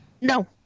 No